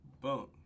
boom